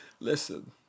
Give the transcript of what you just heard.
Listen